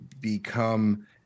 become